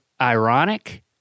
ironic